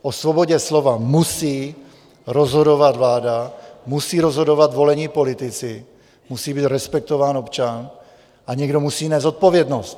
O svobodě slova musí rozhodovat vláda, musí rozhodovat volení politici, musí být respektován občan a někdo musí nést zodpovědnost.